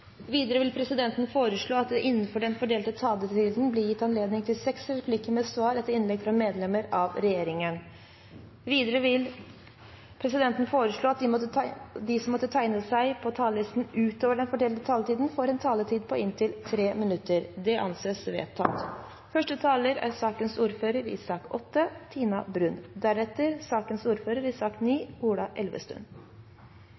Videre vil presidenten foreslå at det – innenfor den fordelte taletid – blir gitt anledning til seks replikker med svar etter innlegg fra medlemmer av regjeringen. Videre vil presidenten foreslå at de som måtte tegne seg på talerlisten utover den fordelte taletiden, får en taletid på inntil 3 minutter. – Det anses vedtatt. Det er